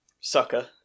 Sucker